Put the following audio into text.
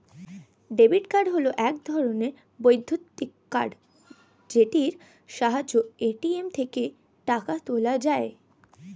debit card হল এক ধরণের বৈদ্যুতিক কার্ড যেটির সাহায্যে এ.টি.এম থেকে টাকা তোলা যায়